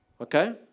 Okay